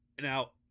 Now